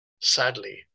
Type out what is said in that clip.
sadly